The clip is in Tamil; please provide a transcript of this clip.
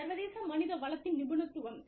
சர்வதேச மனிதவளத்தின் நிபுணத்துவம்